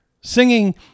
Singing